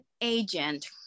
agent